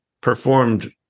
performed